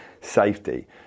safety